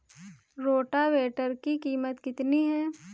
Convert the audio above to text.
Rotavator की कीमत कितनी है?